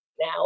now